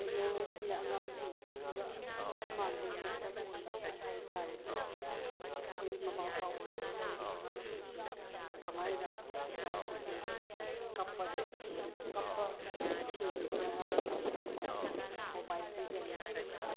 ꯇꯦꯛꯅꯣꯂꯣꯖꯤꯅ ꯑꯉꯥꯡꯁꯤꯡꯗ ꯄꯤꯕ ꯑꯃꯥꯡꯕꯒꯤ ꯃꯁꯛ ꯑꯣꯏꯕꯁꯤꯡ ꯍꯥꯏꯇꯔꯗꯤ ꯑꯩꯈꯣꯏ ꯃꯃꯥ ꯃꯄꯥ ꯑꯣꯏꯕ ꯑꯩꯈꯣꯏꯅ ꯑꯉꯥꯡꯁꯤꯡꯁꯦ ꯀꯃꯥꯏꯅ ꯏꯆꯥꯁꯤꯡꯁꯦ ꯀꯞꯄꯗ ꯀꯞꯄ ꯊꯦꯝꯅꯉꯥꯏ ꯍꯥꯏꯅ ꯃꯣꯕꯥꯏꯜ ꯄꯤꯖꯜꯂꯦ